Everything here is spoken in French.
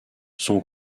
son